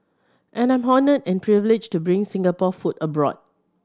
and I'm honoured and privileged to bring Singapore food abroad